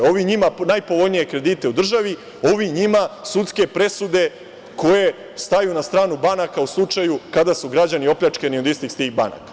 Ovi njima najpovoljnije kredite u državi, ovi njima sudske presude koje staju na stranu banaka u slučaju kada su građani opljačkani od strane tih istih banaka.